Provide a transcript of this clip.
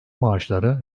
maaşları